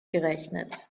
gerechnet